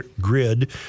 grid